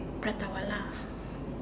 Prata-Wala